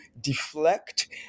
deflect